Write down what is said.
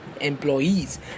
employees